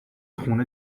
خونه